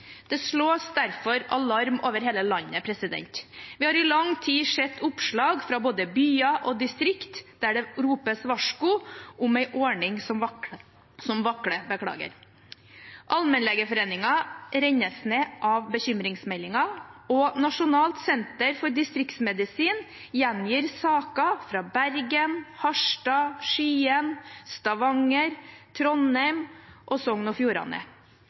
Det slås derfor alarm over hele landet. Vi har i lang tid sett oppslag fra både byer og distrikt der det ropes varsko om en ordning som vakler. Allmennlegeforeningen rennes ned av bekymringsmeldinger, og Nasjonalt senter for distriktsmedisin gjengir saker fra Bergen, Harstad, Skien, Stavanger, Trondheim og Sogn og Fjordane.